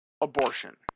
abortion